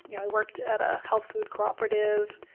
you know i worked at a health food cooperative,